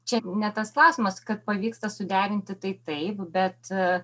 čia ne tas klausimas kad pavyksta suderinti tai taip bet